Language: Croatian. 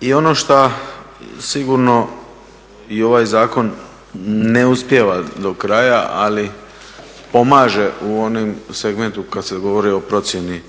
I ono što sigurno i ovaj zakon ne uspijeva do kraja, ali pomaže u onom segmentu kad se govori o procjeni